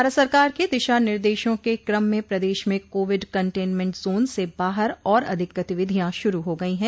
भारत सरकार के दिशा निर्देशों के क्रम में प्रदेश में कोविड कंटेनमेंट जोन से बाहर और अधिक गतिविधियां शुरू हो गई है